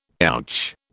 Ouch